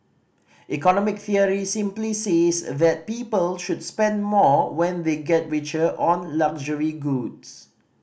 economic theory simply says that people should spend more when they get richer on luxury goods